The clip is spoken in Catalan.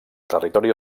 territori